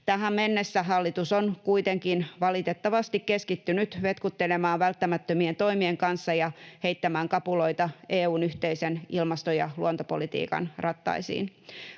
Tähän mennessä hallitus on kuitenkin valitettavasti keskittynyt vetkuttelemaan välttämättömien toimien kanssa ja heittämään kapuloita EU:n yhteisen ilmasto- ja luontopolitiikan rattaisiin.